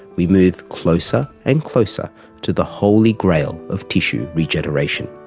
we move closer and closer to the holy grail of tissue regeneration.